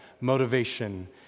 motivation